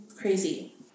Crazy